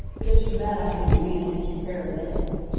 just for that i'll make you eat an extra pair of eggs.